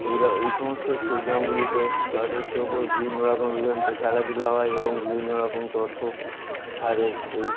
এই র এই সমস্ত স্টেডিয়ামগুলিতে যথেষ্ট ওপর বিভিন্ন রকম ইভেন্টের খেলাধুলা হয় এবং বিভিন্ন রকম দর্শক তাদের এই